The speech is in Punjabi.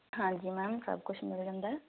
ਹਾਂਜੀ ਮੈਮ ਸਭ ਕੁਛ ਮਿਲ ਜਾਂਦਾ ਹੈ